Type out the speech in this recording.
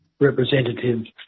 representatives